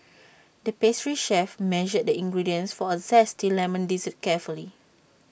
the pastry chef measured the ingredients for A Zesty Lemon Dessert carefully